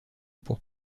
pour